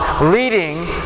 leading